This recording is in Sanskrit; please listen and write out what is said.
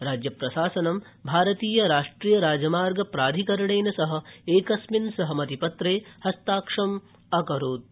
राज्यप्रशासनं भारतीय राष्ट्रीय राजमार्ग प्राधिकरणेन सह एकस्मिन् सहमति पत्रे हस्ताक्षरम् अकरोत्